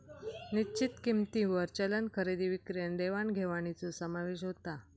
निश्चित किंमतींवर चलन खरेदी विक्री आणि देवाण घेवाणीचो समावेश होता